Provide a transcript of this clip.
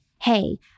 hey